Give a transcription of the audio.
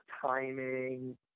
timing